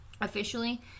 Officially